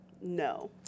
no